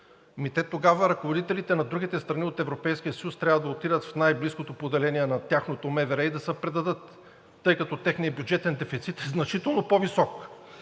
Те тогава ръководителите на другите срани от Европейския съюз трябва да отидат в най-близкото поделение на тяхното МВР и да се предадат, тъй като техният бюджетен дефицит е значително по-висок.